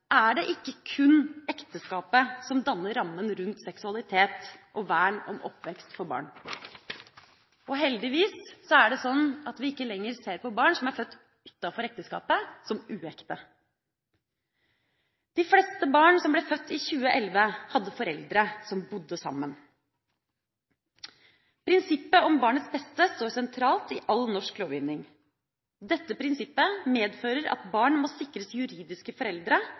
er det ikke kun ekteskapet som danner rammen rundt seksualitet og vern om oppvekst for barn. Heldigvis er det sånn at vi ikke lenger ser på barn som er født utenfor ekteskapet, som uekte. De fleste barn som ble født i 2011, hadde foreldre som bodde sammen. Prinsippet om barnets beste står sentralt i all norsk lovgivning. Dette prinsippet medfører at barn må sikres juridiske foreldre